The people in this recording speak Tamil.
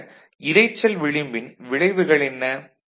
ஆக இரைச்சல் விளிம்பின் விளைவுகள் என்ன